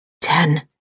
Ten